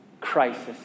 crisis